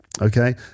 Okay